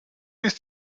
ist